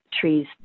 trees